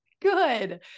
good